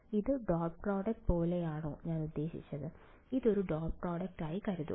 ഇത് dot product പോലെയാണോ ഞാൻ ഉദ്ദേശിച്ചത് ഇതൊരു ഡോട്ട് പ്രോഡക്ട് ആയി കരുതുക